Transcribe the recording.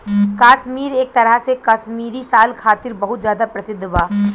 काश्मीर एक तरह से काश्मीरी साल खातिर बहुत ज्यादा प्रसिद्ध बा